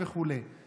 וכו' וכו'.